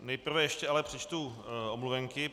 Nejprve ještě ale přečtu omluvenky.